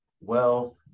wealth